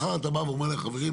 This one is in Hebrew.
מחר אתה בא ואומר להם: חברים,